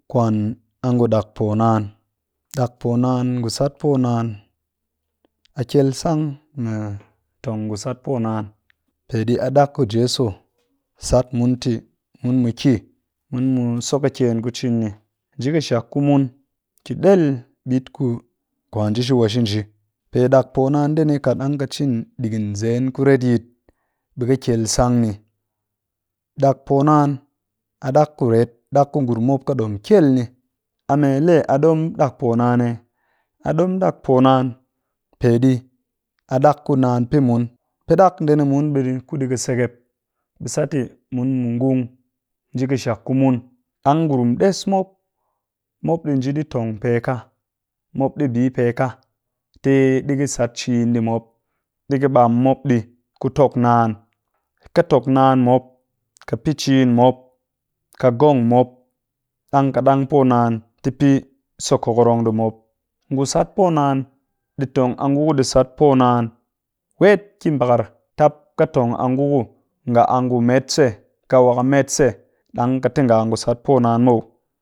Kwan a ngu ɗak poo naan, ɗak poo naan ngu sat poo naan a kyel sang mu tong ngu sat poo naan. Peɗi a dak ku jeso sat mun te “mun mu ki mu so kakyen nji ƙɨshak ku mun ti ɗel ɓit ku kwa nji shi wa shi nji" pe ɗak poo naan ndee ni kat ka cin digin zen ku retyit ɓe ka kyel sang ni, ɗak poo naan a ɗak kuret ɗak ku ngurum mop kadom kyel ni, a mee lee a ɗom ɗak poo naan ni eh? A ɗom ɗak poo naan peɗi a ɗak ku naan pɨ mun, pɨ ɗak ndee ni mun ɓe kuɗi ƙɨ sekep, ɓe te mun mu ngung nji ƙɨshak ku mun, ɗang ngurum ɗes mop, mop ɗi nji ɗi tong pee ka mop ɗi bi pee ka ti ɗi ka sat cin ɗii mop, di ka ɓam mop ɗii ku tok naan, ka tok naan mop, ka pɨ cin mop, ƙɨ gong mop ɗang ka ɗang po naan ti pɨ so kokorong ɗii mop. Ngu sat poo naan ɗi tong a ngu ɗi sat poo naan; wet ki mbakar tap katong a ngu met se ka wa ka met se ɗang ƙɨ te nga ngu sat poo naan muw.